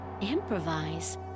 improvise